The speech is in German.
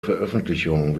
veröffentlichung